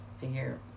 figure